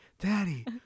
daddy